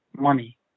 money